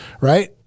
right